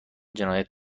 جنایت